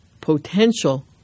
potential